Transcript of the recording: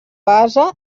base